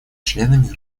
членами